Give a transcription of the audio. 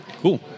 Cool